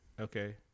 Okay